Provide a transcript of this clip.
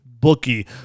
bookie